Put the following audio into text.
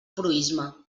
proïsme